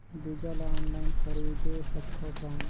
बीजा ला ऑनलाइन खरीदे सकथव कौन?